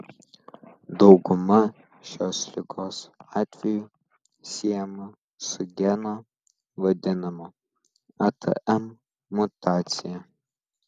dauguma šios ligos atvejų siejama su geno vadinamo atm mutacija